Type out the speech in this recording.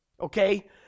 Okay